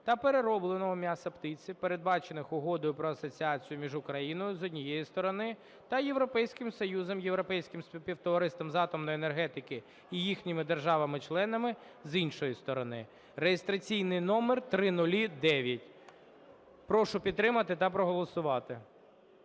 та переробленого м'яса птиці, передбачених Угодою про асоціацію між Україною, з однієї сторони, та Європейським Союзом, Європейським співтовариством з атомної енергетики і їхніми державами-членами, з іншої сторони (реєстраційний номер 0009). Прошу підтримати та проголосувати.